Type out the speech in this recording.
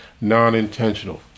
non-intentional